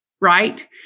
Right